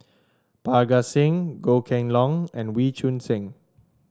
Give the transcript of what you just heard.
Parga Singh Goh Kheng Long and Wee Choon Seng